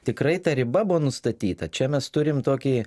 tikrai ta riba buvo nustatyta čia mes turim tokį